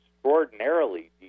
extraordinarily